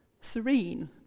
serene